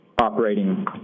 operating